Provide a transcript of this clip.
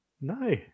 No